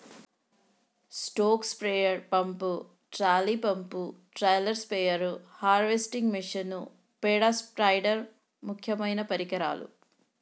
stroke sprayer pump, trolley pump, trailer spare, harvesting machine, పేడ spider ముక్యమైన పరికరాలు